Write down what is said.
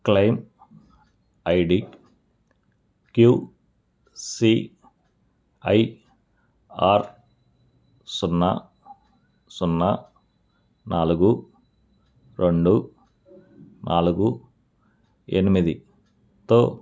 claim ID QCIR సున్నా సున్నా నాలుగు రెండు నాలుగు ఎనిమిదితో